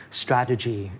strategy